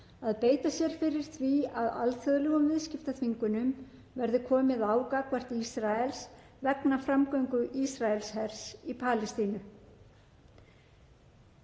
að beita sér fyrir því að alþjóðlegum viðskiptaþvingunum verði komið á gagnvart Ísrael vegna framgöngu Ísraelshers í Palestínu.